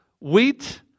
wheat